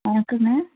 ஆ வணக்கங்க